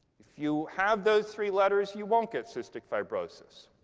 if you have those three letters, you won't get cystic fibrosis.